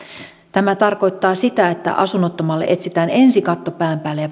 tämä tarkoittaa sitä että asunnottomalle etsitään ensin katto pään päälle ja